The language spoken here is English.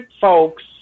folks